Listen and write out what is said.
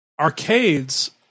arcades